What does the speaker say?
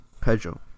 Pedro